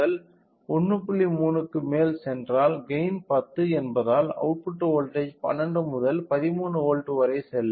3 க்கு மேல் சென்றால் கெய்ன் 10 என்பதால் அவுட்புட் வோல்ட்டேஜ் 12 முதல் 13 வோல்ட் வரை செல்லும்